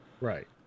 Right